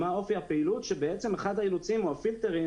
מה אופי הפעילות שבעצם אחד האילוצים או הפילטרים